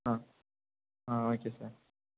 ஆ ஆ okay sir